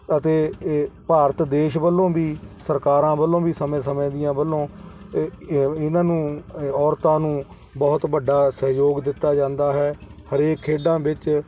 ਅਤੇ ਏ ਭਾਰਤ ਦੇਸ਼ ਵੱਲੋਂ ਵੀ ਸਰਕਾਰਾਂ ਵੱਲੋਂ ਵੀ ਸਮੇਂ ਸਮੇਂ ਦੀਆਂ ਵੱਲੋਂ ਏ ਇਹਨਾਂ ਨੂੰ ਔਰਤਾਂ ਨੂੰ ਬਹੁਤ ਵੱਡਾ ਸਹਿਯੋਗ ਦਿੱਤਾ ਜਾਂਦਾ ਹੈ ਹਰੇਕ ਖੇਡਾਂ ਵਿੱਚ